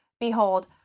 behold